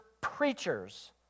preachers